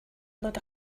load